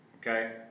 Okay